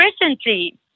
Recently